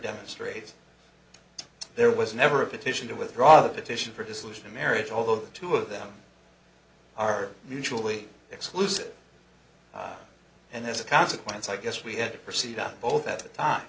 demonstrates there was never a petition to withdraw the petition for dissolution of marriage although two of them are mutually exclusive and as a consequence i guess we had to proceed on both at the time